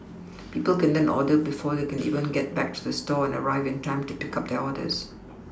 people can then order before they can even get back to the store and arrive in time to pick up their orders